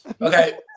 okay